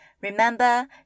Remember